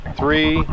three